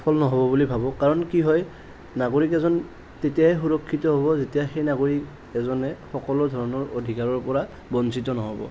সফল নহ'ব বুলি ভাৱোঁ কাৰণ কি হয় নাগৰিক এজন তেতিয়াই সুৰক্ষিত হ'ব যেতিয়া সেই নাগৰিক এজনে সকলো ধৰণৰ অধিকাৰৰ পৰা বঞ্চিত নহ'ব